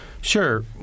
Sure